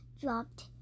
dropped